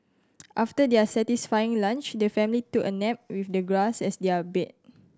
after their satisfying lunch the family took a nap with the grass as their bed